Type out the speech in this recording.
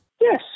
Yes